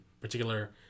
particular